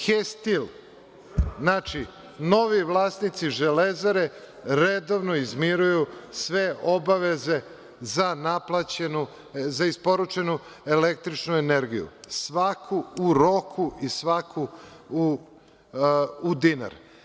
HE stil“, znači, novi vlasnici „Železare“, redovno izmiruju sve obaveze za isporučenu električnu energiju, svaku u roku i svaku u dinar.